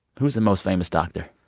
who's the most famous doctor?